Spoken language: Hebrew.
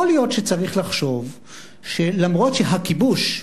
יכול להיות שצריך לחשוב שגם אם הכיבוש,